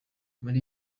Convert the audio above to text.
muri